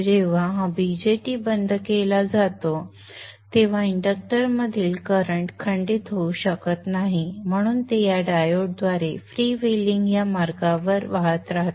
जेव्हा हा BJT बंद केला जातो तेव्हा इंडक्टरमधील करंट खंडित होऊ शकत नाही म्हणून ते या डायोडद्वारे फ्रीव्हीलिंग या मार्गावर वाहत राहते